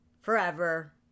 forever